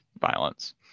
violence